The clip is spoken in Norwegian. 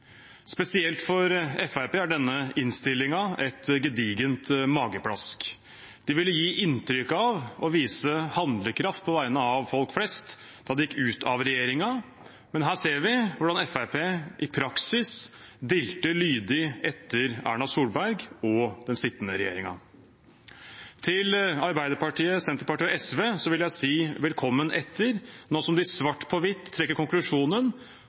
Spesielt for Fremskrittspartiet er denne innstillingen et gedigent mageplask. De ville gi inntrykk av å vise handlekraft på vegne av folk flest da de gikk ut av regjeringen, men her ser vi hvordan Fremskrittspartiet i praksis dilter lydig etter Erna Solberg og den sittende regjeringen. Til Arbeiderpartiet, Senterpartiet og SV vil jeg si velkommen etter, nå som de svart på hvitt trekker konklusjonen